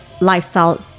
lifestyle